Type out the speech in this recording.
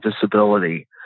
disability